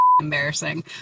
embarrassing